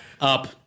Up